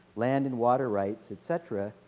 land and water rights, et cetera,